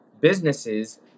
businesses